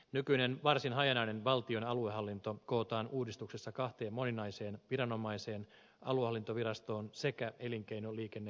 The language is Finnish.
nykyinen varsin hajanainen valtion aluehallinto kootaan uudistuksessa kahteen moninaiseen viranomaiseen aluehallintovirastoon sekä elinkeino liikenne ja ympäristökeskukseen